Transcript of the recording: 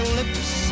lips